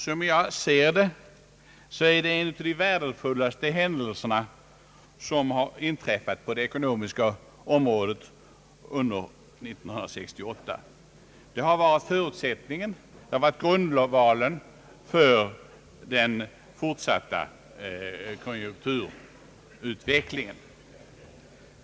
Som jag ser det är detta en av de värdefullaste händelser som har inträffat på det ekonomiska området under år 1968. Denna händelse har utgjort grundvalen för den fortsatta konjunkturutvecklingen.